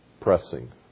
pressing